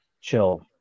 chill